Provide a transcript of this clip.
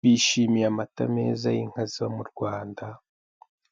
Nishimiye amata meza y'inka zo mu Rwanda,